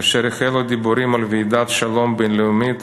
כאשר החלו הדיבורים על ועידת שלום בין-לאומית,